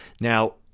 Now